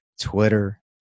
Twitter